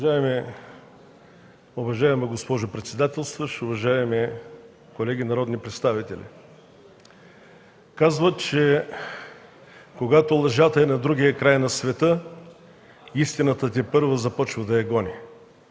Уважаема госпожо председател, уважаеми колеги народни представители! Казват, че когато лъжата е на другия край на света, истината тепърва започва да я гони.